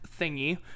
thingy